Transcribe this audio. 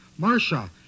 Marsha